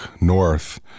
north